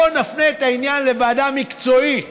בוא נפנה את העניין לוועדה מקצועית,